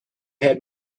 had